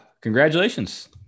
congratulations